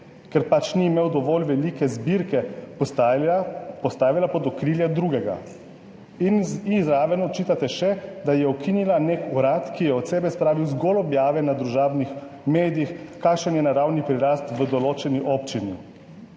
ker pač ni imel dovolj velike zbirke, postavila pod okrilje drugega in ji zraven očitate še, da je ukinila nek urad, ki je od sebe spravil zgolj objave na družabnih medijih, kakšen je naravni prirast v določeni občini,